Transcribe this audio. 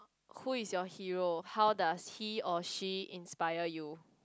who is your hero how does he or she inspire you